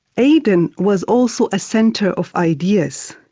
aden was also a centre of ideas.